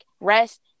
rest